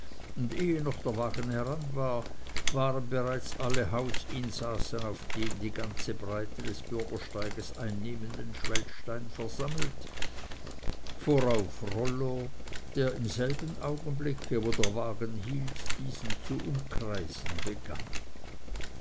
und ehe noch der wagen heran war waren bereits alle hausinsassen auf dem die ganze breite des bürgersteigs einnehmenden schwellstein versammelt vorauf rollo der im selben augenblick wo der wagen hielt diesen zu umkreisen begann